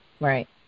right